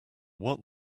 what